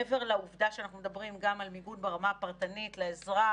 מעבר לעובדה שאנחנו מדברים גם על מיגון ברמה הפרטנית לאזרח,